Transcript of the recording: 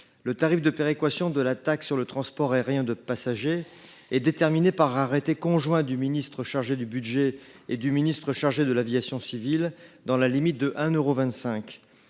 le tarif de péréquation de la taxe sur le transport aérien de passagers (TTAP) est déterminé par arrêté conjoint du ministre chargé du budget et du ministre chargé de l’aviation civile, dans la limite de 1,25